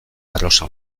arrosa